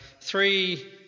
three